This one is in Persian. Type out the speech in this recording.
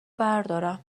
بردارم